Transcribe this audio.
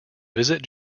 visit